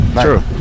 True